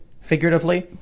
figuratively